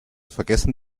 vergessen